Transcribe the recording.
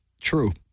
True